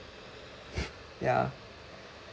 ya